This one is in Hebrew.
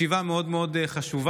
ישיבה מאוד מאוד חשובה,